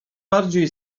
bardziej